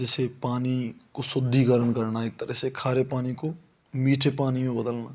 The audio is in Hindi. जिसे पानी को शुद्धिकरण करना एक तरह से खारे पानी को मीठे पानी में बदलना